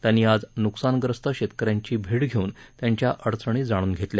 त्यांनी आज नुकसानग्रस्त शेतक यांची भेट घेऊन त्यांच्या अडचणी जाणून घेतल्या